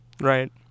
Right